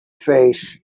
face